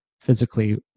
physically